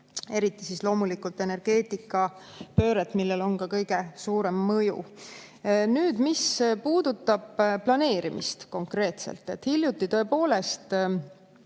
eriti loomulikult energeetika pööret, millel on ka kõige suurem mõju. Nüüd sellest, mis puudutab planeerimist, konkreetselt. Hiljuti tõepoolest